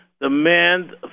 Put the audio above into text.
demand